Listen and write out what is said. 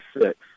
six